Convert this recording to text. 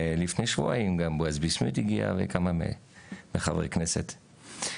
ולפני שבועיים גם בועז ביסמוט הגיע וכמה מחברי הכנסת.